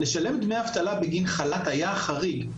לשלם דמי אבטלה בגין חל"ת היה חריג.